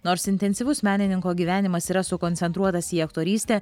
nors intensyvus menininko gyvenimas yra sukoncentruotas į aktorystę